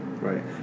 right